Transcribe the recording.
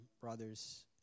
brothers